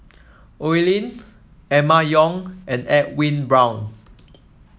Oi Lin Emma Yong and Edwin Brown